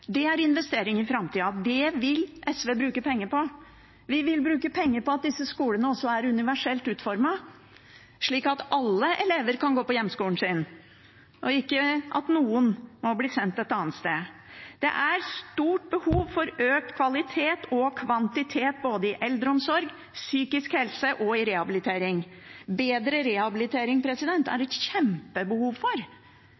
Det er en investering i framtida. Det vil SV bruke penger på. Vi vil bruke penger på at disse skolene også skal være universelt utformet, slik at alle elever kan gå på hjemskolen sin, og at ikke noen må bli sendt et annet sted. Det er stort behov for økt kvalitet og kvantitet i både eldreomsorg, psykisk helse og rehabilitering. Bedre rehabilitering er